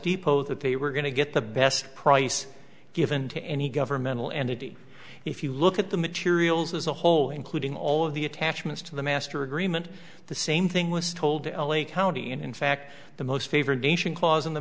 depot that they were going to get the best price given to any governmental entity if you look at the materials as a whole including all of the attachments to the master agreement the same thing was told the l a county and in fact the most favored nation clause in the